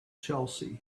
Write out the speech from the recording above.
chelsea